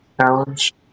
challenge